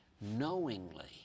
knowingly